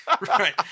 Right